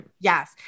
Yes